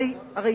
הרי